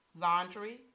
laundry